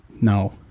No